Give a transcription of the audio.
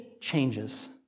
changes